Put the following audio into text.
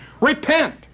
repent